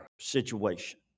situation